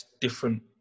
different